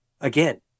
again